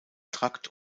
trakt